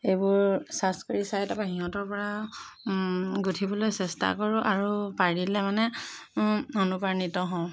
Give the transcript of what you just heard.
এইবোৰ ছাৰ্চ কৰি চাই তাৰপৰা সিহঁতৰপৰা গুঠিবলৈ চেষ্টা কৰোঁ আৰু পাৰিলে মানে অনুপ্ৰাণিত হওঁ